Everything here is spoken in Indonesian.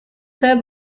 saya